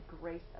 grace